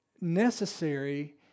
necessary